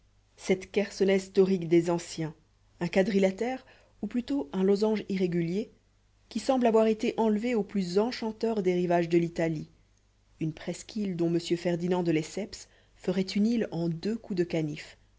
cette chersonèse taurique des anciens un quadrilatère ou plutôt un losange irrégulier qui semble avoir été enlevé au plus enchanteur des rivages de l'italie une presqu'île dont m ferdinand de lesseps ferait une île en deux coups de canif